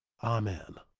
amen.